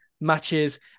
matches